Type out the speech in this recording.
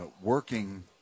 working